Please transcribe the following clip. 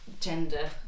gender